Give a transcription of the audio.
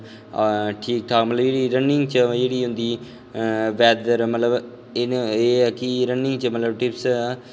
ठीक ठाक मतलब रनिंग च जेह्ड़ी होंदी बैदर मतलब एह् ऐ कि मतलब रनिंग च टिपस